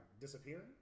disappearing